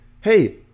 hey